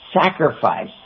sacrifice